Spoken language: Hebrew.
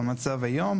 במצב של היום,